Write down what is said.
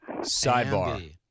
Sidebar